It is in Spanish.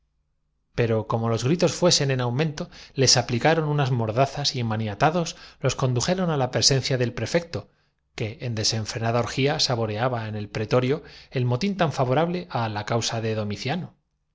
pero como los gritos fuesen en au qué se preguntaron todos al verse rodeados mento les aplicaron unas mordazas y de los vigiles maniatados los condujeron á la presen apoderaos de ellos cia del prefecto que en desenfrenada el terror fué general orgía saboreaba en el pretorio el motín tan favorable á yo soy inocenteaducía clara la causa de domiciano